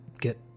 get